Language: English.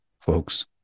folks